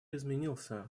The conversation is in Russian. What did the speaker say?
изменился